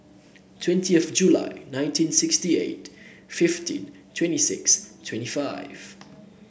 twentieth July nineteen sixty eight fifteen twenty six twenty five